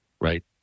right